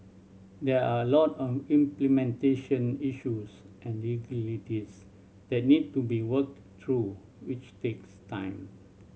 there are a lot of implementation issues and legalities that need to be worked through which takes time